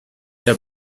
der